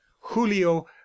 julio